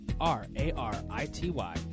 r-a-r-i-t-y